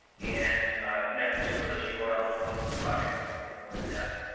and connect to some of those yeah urls and look at the projects in a little more depth.